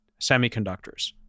semiconductors